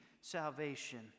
salvation